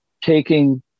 taking